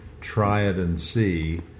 try-it-and-see